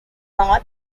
north